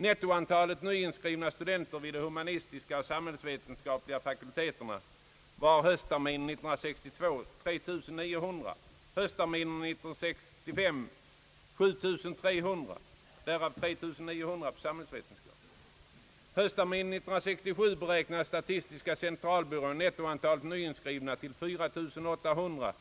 Nettoantalet nyinskrivna studenter vid de humanistiska och samhällsvetenskapliga fakulteterna var 3900 höstterminen 1962. Höstterminen 1965 var siffran 7 300, därav 3900 för samhällsvetenskap. Höstterminen 1967 beräknade statistiska centralbyrån nettoantalet nyinskrivna till 4 800